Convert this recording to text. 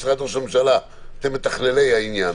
משרד ראש הממשלה, שאתם מתכללי העניין